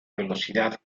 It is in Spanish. velocidad